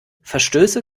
verstöße